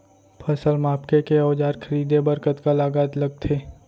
फसल मापके के औज़ार खरीदे बर कतका लागत लगथे?